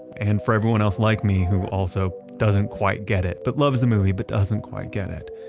and for everyone else like me who also doesn't quite get it but loves the movie but doesn't quite get it,